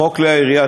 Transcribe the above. חוק כלי הירייה,